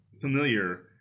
familiar